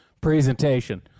presentation